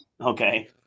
Okay